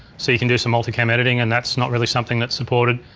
so you can do some multi-cam editing and that's not really something that's supported.